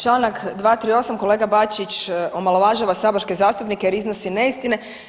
Članak 238. kolega Bačić omalovažava saborske zastupnike jer iznosi neistine.